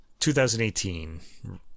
2018